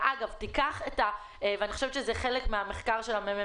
אני חושבת שזה חלק מהמחקר של מרכז המחקר